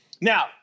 Now